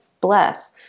Bless